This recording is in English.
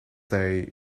they